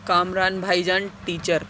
کامران بھائی جان ٹیچر